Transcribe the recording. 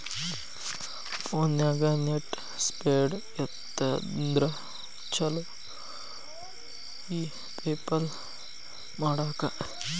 ಫೋನ್ಯಾಗ net speed ಇತ್ತಂದ್ರ ಚುಲೊ ಇ ಪೆಪಲ್ ಮಾಡಾಕ